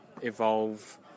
evolve